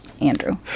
Andrew